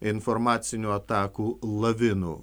informacinių atakų lavinų